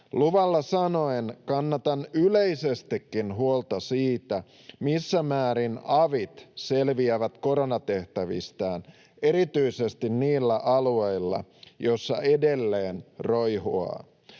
Luvalla sanoen kannan yleisestikin huolta siitä, missä määrin avit selviävät koronatehtävistään erityisesti niillä alueilla, joissa edelleen roihuaa.